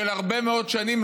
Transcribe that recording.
של הרבה מאוד שנים,